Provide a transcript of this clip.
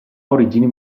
origini